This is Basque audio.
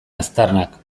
aztarnak